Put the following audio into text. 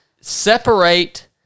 separate